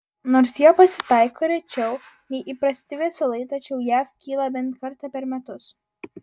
nors jie pasitaiko rečiau nei įprasti viesulai tačiau jav kyla bent kartą per metus